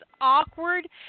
awkward